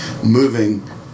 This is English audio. moving